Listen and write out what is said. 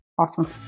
Awesome